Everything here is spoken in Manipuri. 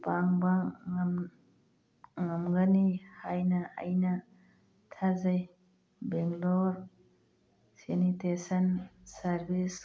ꯄꯥꯡꯕ ꯉꯝꯒꯅꯤ ꯍꯥꯏꯅ ꯑꯩꯅ ꯊꯥꯖꯩ ꯕꯦꯡꯒ꯭ꯂꯣꯔ ꯁꯦꯅꯤꯇꯦꯁꯟ ꯁꯥꯔꯕꯤꯁ